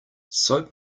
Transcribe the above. soap